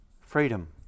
freedom